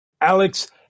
Alex